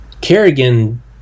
Kerrigan